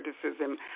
criticism